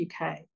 UK